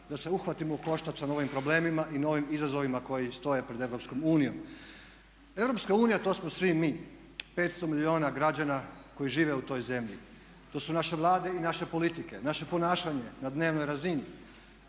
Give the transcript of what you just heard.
da se uhvatimo u koštac sa novim problemima i novim izazovima koji stoje pred Europskom unijom. Europska unija to smo svi mi, 500 milijuna građana koji žive u toj zemlji, to su naše vlade i naše politike, naše ponašanje na dnevnoj razini,